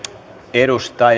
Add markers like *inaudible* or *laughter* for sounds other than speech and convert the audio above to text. edustaja *unintelligible*